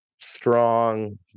strong